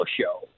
show